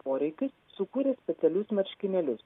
poreikius sukūrė specialius marškinėlius